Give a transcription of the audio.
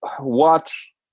watch